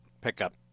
pickup